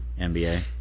NBA